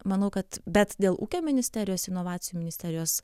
manau kad bet dėl ūkio ministerijos inovacijų ministerijos